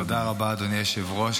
תודה רבה, אדוני היושב-ראש.